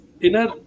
inner